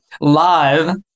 live